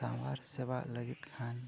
ᱥᱟᱶᱟᱨ ᱥᱮᱵᱟ ᱞᱟᱹᱜᱤᱫ ᱠᱷᱟᱱ